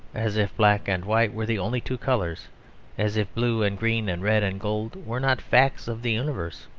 as if black and white were the only two colours as if blue and green and red and gold were not facts of the universe.